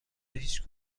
هیچ